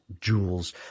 jewels